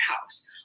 house